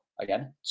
Again